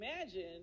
imagine